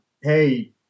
hey